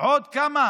עוד כמה